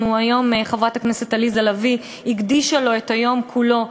היום חברת הכנסת עליזה לביא הקדישה לו את היום כולו,